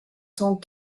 tant